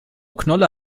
knolle